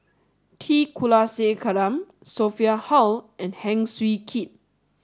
T Kulasekaram Sophia Hull and Heng Swee Keat